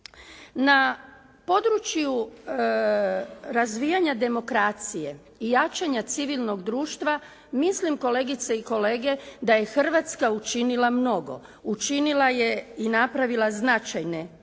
Na području razvijanja demokracije i jačanja civilnog društva mislim kolegice i kolege da je Hrvatska učinila mnogo. Učinila je i napravila značajne iskorake